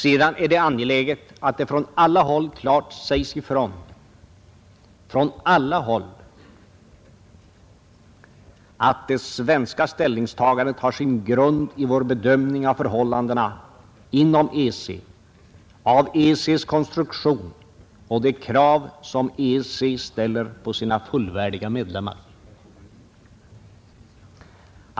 Sedan är det angeläget att det från alla håll klart sägs ifrån — från alla håll — att det svenska ställningstagandet har sin grund i vår bedömning av förhållandena inom EEC, av EEC:s konstruktion och de krav som EEC ställer på sina fullvärdiga medlemmar.